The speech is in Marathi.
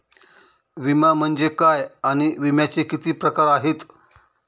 विमा म्हणजे काय आणि विम्याचे किती प्रकार आहेत?